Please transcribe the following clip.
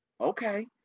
okay